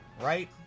right